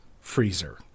freezer